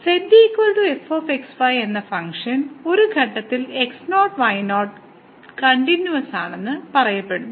z f x y എന്ന function ഒരു ഘട്ടത്തിൽ x0 y0 കണ്ടിന്യൂയിറ്റിയായി പറയപ്പെടുന്നു